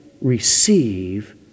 receive